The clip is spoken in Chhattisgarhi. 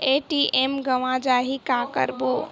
ए.टी.एम गवां जाहि का करबो?